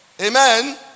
Amen